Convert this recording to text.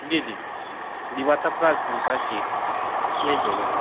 जी जी दिवाताप्रास दुपाद जी भेज दूँगा सर